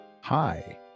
Hi